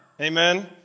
Amen